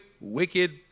wicked